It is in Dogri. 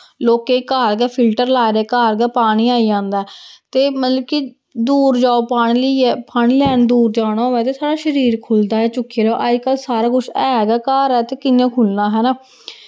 लोकें घर गै फिल्टर लाए दे घर गै पानी आई जंदा ऐ ते मतलब कि दूर जाओ पानी लेइयै पानी लैन दूर जाना होऐ ते साढ़ा शरीर खुलदा ऐ चुक्कियै लेआओ अजकल्ल सारा कुछ ऐ गै घर ऐ ते कि'यां खु'ल्लना हैना